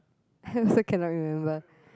I also cannot remember